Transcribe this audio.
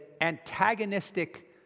antagonistic